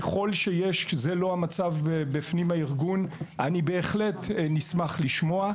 ככל שזהו לא המצב בפנים הארגון אנחנו בהחלט נשמח לשמוע.